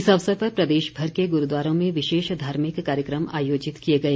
इस अवसर पर प्रदेशभर के गुरूद्वारों में विशेष धार्मिक कार्यक्रम आयोजित किए गए